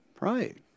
Right